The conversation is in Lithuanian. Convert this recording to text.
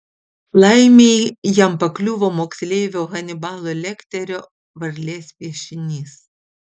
laimei jam pakliuvo moksleivio hanibalo lekterio varlės piešinys